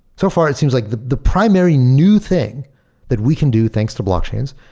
so far it seems like the the primary new thing that we can do, thanks to blockchains,